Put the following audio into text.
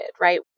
right